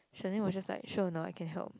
Sherlyn was just like sure or not I can help